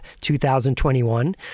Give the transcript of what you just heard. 2021